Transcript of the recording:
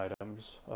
items